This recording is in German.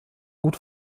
gut